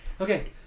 Okay